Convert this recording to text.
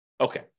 Okay